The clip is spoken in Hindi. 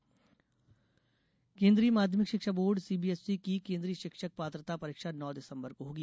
पात्रता परीक्षा केन्द्रीय माध्यमिक शिक्षा बोर्ड सीबीएसई की केन्द्रीय शिक्षक पात्रता परीक्षा नौ दिसंबर को होगी